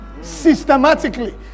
systematically